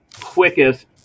quickest